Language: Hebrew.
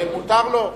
מותר לו.